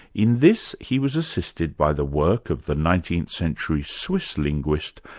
in this, he was assisted by the work of the nineteenth century swiss linguist,